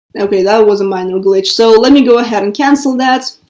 okay, that was a minor glitch. so let me go ahead and cancel that.